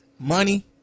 Money